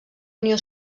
unió